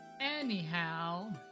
Anyhow